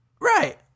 Right